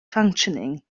functioning